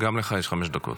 גם לך יש חמש דקות.